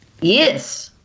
Yes